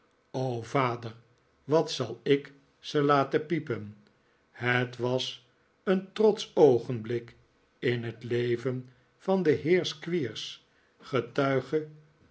o vader wat zal ik ze laten piepen het was een trotsch oogenblik in het leven van den heer squeers